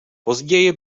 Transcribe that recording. později